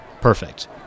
Perfect